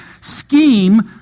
scheme